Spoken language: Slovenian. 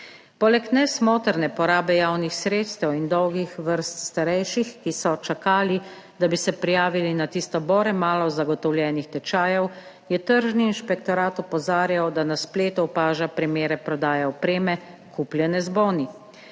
Poleg nesmotrne porabe javnih sredstev in dolgih vrst starejših, ki so čakali, da bi se prijavili na tisto bore malo zagotovljenih tečajev, je tržni inšpektorat opozarjal, da na spletu opaža primere prodaje opreme, kupljene z boni.